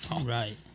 Right